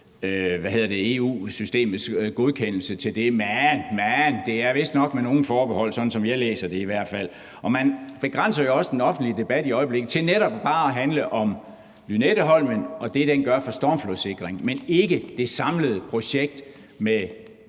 EU-systemets godkendelse til det, men det er vistnok med nogle forbehold, i hvert fald sådan som jeg læser det. Man begrænser jo også den offentlige debat i øjeblikket til netop bare at handle om Lynetteholmen og det, den gør for stormflodssikring, men ikke det samlede projekt med